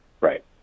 Right